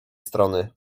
strony